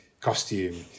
costume